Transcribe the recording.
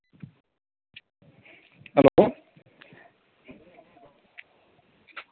hello